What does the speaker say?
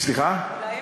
סליחה?